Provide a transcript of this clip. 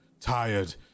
tired